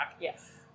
Yes